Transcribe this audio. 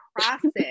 process